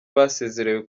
basezerewe